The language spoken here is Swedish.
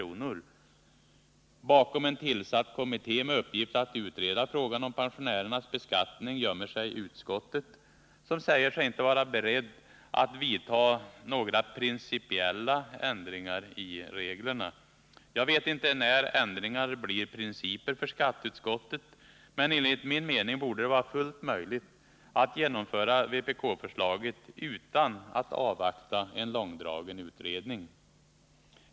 Utskottet gömmer sig bakom det förhållandet att en kommitté skall tillsättas med uppgift att utreda frågan om pensionärernas beskattning, och säger sig inte vara berett att vidta några principiella ändringar i reglerna. Jag vet inte när ändringar blir principiella för skatteutskottet, men enligt min mening borde det vara fullt möjligt att genomföra vpk-förslaget utan att avvakta en långdragen utredning.